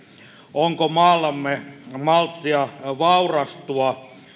onko maallamme malttia vaurastua